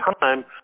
time